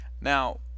now